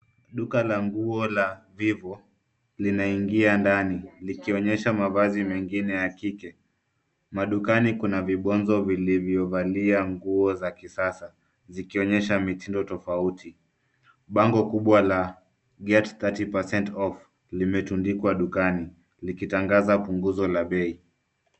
Duka la nguo la Vivo linaingia ndani likionyesha mavazi mengine ya kike. Madukani kuna vibwanzo vilivyovalia nguo za kisasa, zikionyesha mitindo tofauti. Bango kubwa la get 30% off limetundikwa dukani likitangaza punguzo la bei.